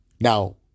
Now